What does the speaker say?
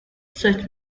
such